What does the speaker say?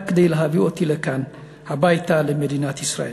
רק כדי להביא אותי לכאן, הביתה, למדינת ישראל.